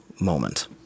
moment